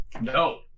No